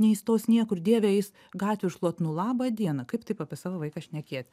neįstos niekur dieve eis gatvių šluot nu laba diena kaip taip apie savo vaiką šnekėt